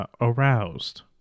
Aroused